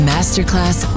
Masterclass